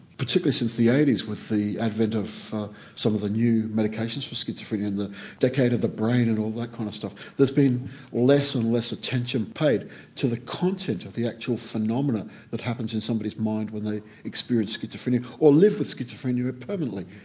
particularly since the eighty s with the advent of some of the new medications for schizophrenia and the decade of the brain and all that kind of stuff. there's been less and less attention paid to the content of the actual phenomena that happens in somebody's mind when they experience schizophrenia, or live with schizophrenia permanently.